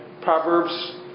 Proverbs